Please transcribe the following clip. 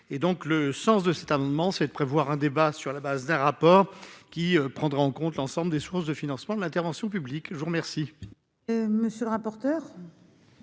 fiscalité. Cet amendement vise à prévoir un débat sur la base d'un rapport qui prendrait en compte l'ensemble des sources de financement de l'intervention publique. Quel